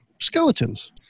skeletons